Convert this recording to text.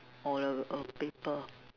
or a a paper